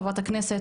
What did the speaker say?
חברת הכנסת,